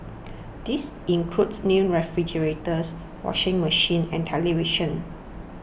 these include new refrigerators washing machines and televisions